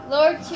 Lord